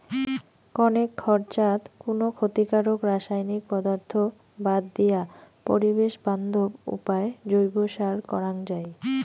কণেক খরচাত কুনো ক্ষতিকারক রাসায়নিক পদার্থ বাদ দিয়া পরিবেশ বান্ধব উপায় জৈব সার করাং যাই